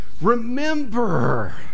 Remember